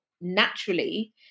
naturally